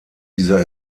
dieser